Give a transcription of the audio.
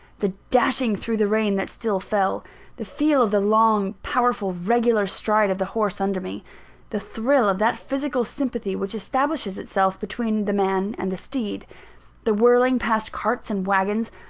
the dashing through the rain that still fell the feel of the long, powerful, regular stride of the horse under me the thrill of that physical sympathy which establishes itself between the man and the steed the whirling past carts and waggons,